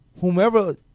whomever